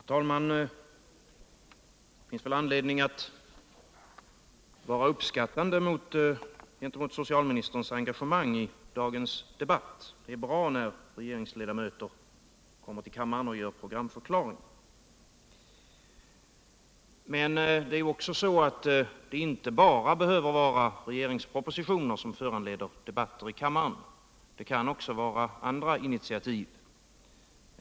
Herr talman! Det finns väl anledning att uppskatta socialministerns engagemang i dagens debatt — det är bra när regeringsledamöter kommer till kammaren och lämnar programförklaringar. Men det är inte bara propositioner som behöver föranleda debatt i kammaren. Det kan också vara andra initiativ.